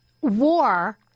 war